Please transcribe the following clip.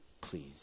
Please